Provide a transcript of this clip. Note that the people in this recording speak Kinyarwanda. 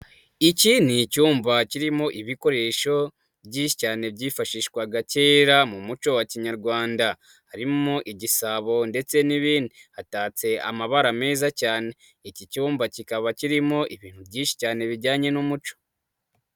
Iki ni icyumba kirimo ibikoresho byinshi cyane byifashishwaga kera mu muco wa kinyarwanda, harimo igisabo ndetse n'ibindi. Hatatse amabara meza cyane. Iki cyumba kikaba kirimo ibintu byinshi cyane bijyanye n'umuco.